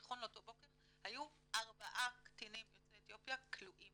נכון לאותו בוקר היו ארבעה קטינים יוצאי אתיופיה כלואים